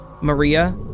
Maria